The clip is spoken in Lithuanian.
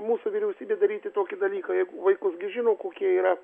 mūsų vyriausybė daryti tokį dalyką jeigu vaikus žino kokie yra